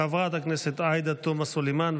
חברת הכנסת עאידה תומא סלימאן,